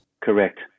Correct